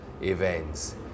events